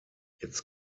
its